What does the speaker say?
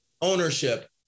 ownership